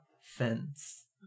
Fence